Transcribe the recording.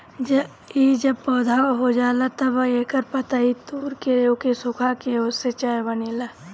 इ जब पौधा हो जाला तअ एकर पतइ तूर के ओके सुखा के ओसे चाय बनेला